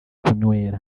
kunywera